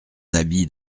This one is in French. habit